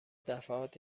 دفعات